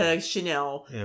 Chanel